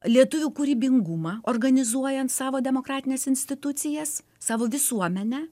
lietuvių kūrybingumą organizuojant savo demokratines institucijas savo visuomenę